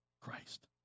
Christ